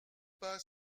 pas